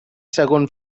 segon